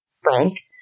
Frank